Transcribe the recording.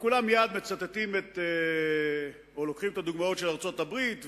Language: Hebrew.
כולם מייד מצטטים או לוקחים את הדוגמאות של ארצות-הברית,